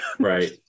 Right